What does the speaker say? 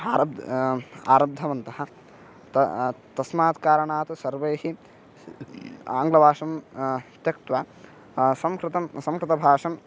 आरब्धम् आरब्धवन्तः त तस्मात् कारणात् सर्वैः आङ्ग्लभाषां त्यक्त्वा संस्कृतं संकृतभाषाम्